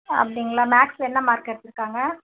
அப்படிங்களா மேக்ஸில் என்ன மார்க் எடுத்துருக்காங்க